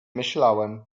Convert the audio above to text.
myślałem